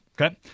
okay